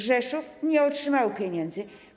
Rzeszów nie otrzymał pieniędzy.